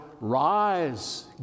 Rise